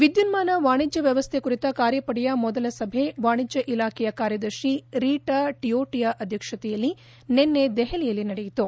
ವಿದ್ಯುನ್ಮಾನ ವಾಣಿಜ್ಯ ವ್ಯವಸ್ಥೆ ಕುರಿತ ಕಾರ್ಯಪಡೆಯ ಮೊದಲ ಸಭೆ ವಾಣಿಜ್ಯ ಇಲಾಖೆಯ ಕಾರ್ಯದರ್ತಿ ರೀಟಾ ಟಿಯೊಟಿಯಾ ಅಧ್ಯಕ್ಷತೆಯಲ್ಲಿ ನಿನ್ನೆ ದೆಹಲಿಯಲ್ಲಿ ನಡೆಯಿತು